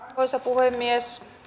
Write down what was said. arvoisa puhemies